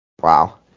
Wow